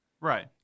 Right